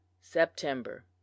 september